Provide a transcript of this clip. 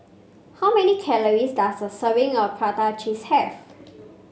how many calories does a serving of Prata Cheese have